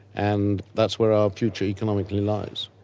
and that's where our future economically lies.